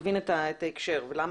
שתבין את ההקשר ולמה זה חשוב.